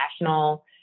national